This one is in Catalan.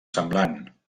semblant